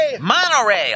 Monorail